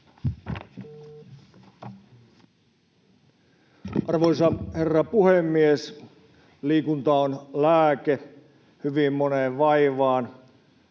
Arvoisa herra puhemies! Liikunta on lääke hyvin moneen vaivaan.